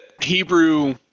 Hebrew